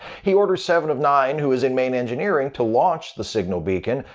he orders seven of nine, who is in main engineering, to launch the signal beacon,